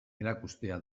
erakustea